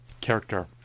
character